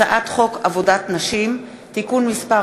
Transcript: הצעת חוק עבודת נשים (תיקון מס'